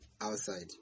outside